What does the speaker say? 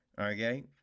okay